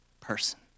person